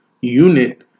unit